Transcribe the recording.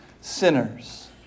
sinners